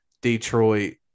Detroit